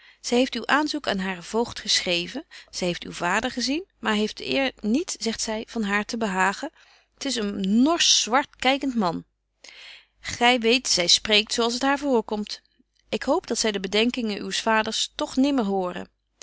zy heeft uw aanzoek aan haren voogd geschreven zy heeft uw vader gezien maar hy heeft de eer niet zegt zy van haar te behagen t is een norschzwart kykent man gy weet zy spreekt zo als t haar voorkomt ik hoop dat zy de bedenkingen uws vaders toch nimmer